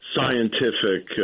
scientific